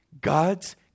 God's